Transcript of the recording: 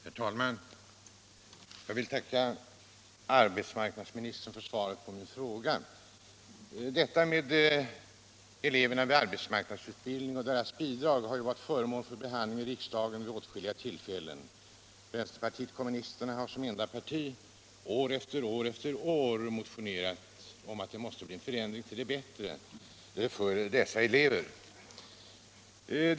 Herr talman! Jag vill tacka arbetsmarknadsministern för svaret på min fråga. Eleverna i arbetsmarknadsutbildningen och deras bidrag har varit föremål för behandling i riksdagen vid åtskilliga tillfällen. Vänsterpartiet kommunisterna har som enda parti år efter år motionerat om att det måste bli en förändring till det bättre för dessa elever.